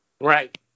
Right